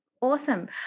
awesome